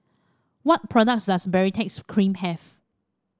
what products does Baritex Cream have